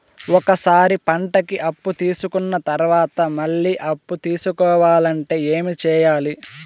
ఒక సారి పంటకి అప్పు తీసుకున్న తర్వాత మళ్ళీ అప్పు తీసుకోవాలంటే ఏమి చేయాలి?